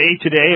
today